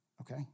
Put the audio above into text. Okay